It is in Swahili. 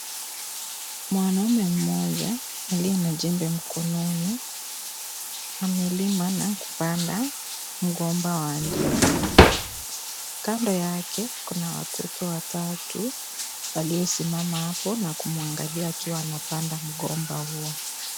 Mwanaume mmoja, aliye na jembe mkononi, amelima na kupanda, mgomba wa ndizi, kando yake, kuna watoto watatu, walio simama hapo na kumwangalia akiwa anapanda mgomba huo.